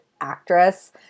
actress